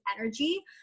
energy